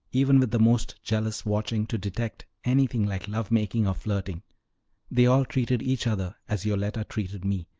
even with the most jealous watching, to detect anything like love-making or flirting they all treated each other, as yoletta treated me,